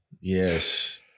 Yes